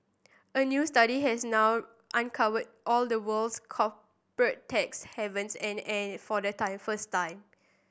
a new study has now uncovered all the world's corporate tax havens and and for the time first time